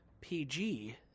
PG